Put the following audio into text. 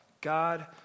God